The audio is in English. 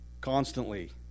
Constantly